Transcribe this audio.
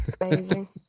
Amazing